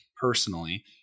personally